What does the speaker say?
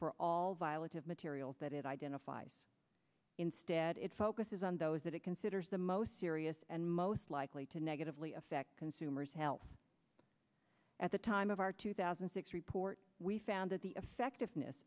for all violative materials that it identifies instead it focuses on those that it considers the most serious and most likely to negatively affect consumers health at the time of our two thousand and six report we found that the effectiveness